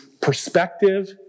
perspective